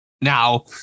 Now